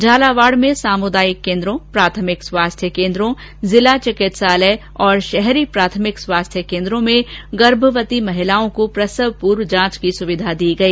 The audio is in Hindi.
झालावाड में सामुदायिक केन्द्रों प्राथमिक स्वास्थ्य केन्द्रों जिला चिकित्सालय और शहरी प्राथमिक स्वासथ्य केन्द्रों में गर्भवर्ती महिलाओं को प्रसव पूर्व जांच की सुविधा प्रदान की गई